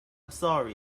sorry